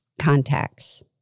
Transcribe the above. contacts